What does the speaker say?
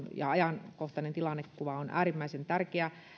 ja ajankohtainen tilannekuva on äärimmäisen tärkeä